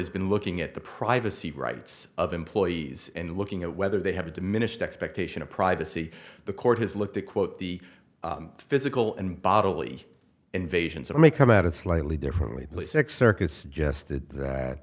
has been looking at the privacy rights of employees and looking at whether they have a diminished expectation of privacy the court has looked at quote the physical and bodily invasions i may come out of slightly differently sex circuits suggested that